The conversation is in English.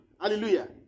Hallelujah